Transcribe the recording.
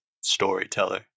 storyteller